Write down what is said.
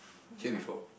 hear before